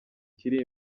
kiri